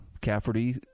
Cafferty